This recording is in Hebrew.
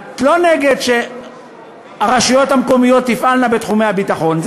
את לא נגד שהרשויות המקומיות תפעלנה בתחומי הביטחון.